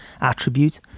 attribute